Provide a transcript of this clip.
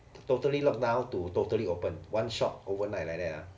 totally locked down to totally open one shot overnight like that lah